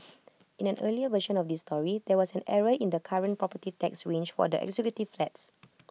in an earlier version of this story there was an error in the current property tax range for executive flats